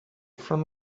from